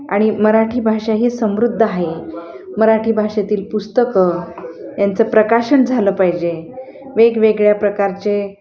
आणि मराठी भाषा ही समृद्ध आहे मराठी भाषेतील पुस्तकं यांचं प्रकाशन झालं पाहिजे वेगवेगळ्या प्रकारचे